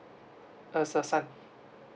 uh a son